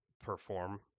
perform